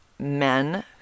men